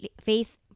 faith